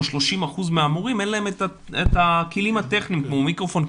30% מהמורים אין להם את הכלים הטכניים כמו מיקרופון,